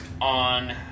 on